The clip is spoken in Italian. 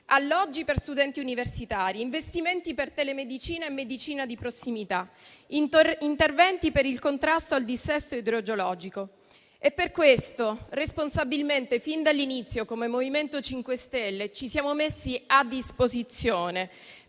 alloggi per studenti universitari, investimenti per telemedicina e medicina di prossimità, interventi per il contrasto al dissesto idrogeologico. Per questo, responsabilmente, fin dall'inizio, come MoVimento 5 Stelle ci siamo messi a disposizione